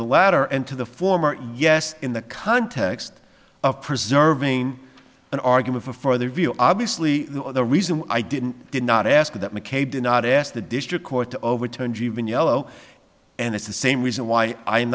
the latter and to the former yes in the context of preserving an argument for further view obviously the reason i didn't did not ask that mckay did not ask the district court to overturn jeevan yellow and it's the same reason why i am